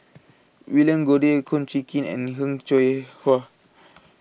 William Goode Kum Chee Kin and Heng Cheng Hwa